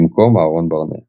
במקום אהרן ברנע,